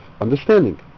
understanding